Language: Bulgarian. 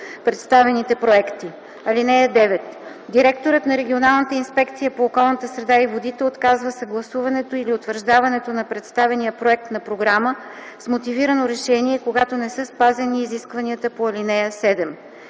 представените проекти. (9) Директорът на регионалната инспекция по околната среда и водите отказва съгласуването или утвърждаването на представения проект на програма с мотивирано решение, когато не са спазени изискванията по ал. 7.